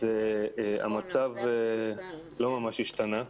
כך שהמצב לא ממש השתנה.